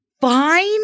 Fine